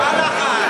מה הלחץ?